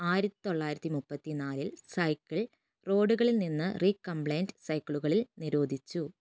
ആയിരത്തി തൊള്ളായിരത്തി മുപ്പത്തി നാലിൽ സൈക്കിൾ റോഡുകളിൽ നിന്ന് റീകംപ്ലൈൻറ്റ് സൈക്കിളുകളിൽ നിരോധിച്ചു